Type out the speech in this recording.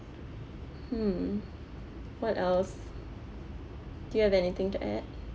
mm what else do you have anything to add